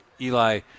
Eli